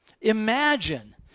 Imagine